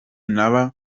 naba